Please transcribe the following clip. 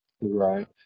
Right